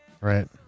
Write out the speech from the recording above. Right